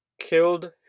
killed